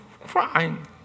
crying